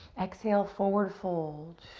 exhale, forward fold.